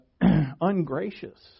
ungracious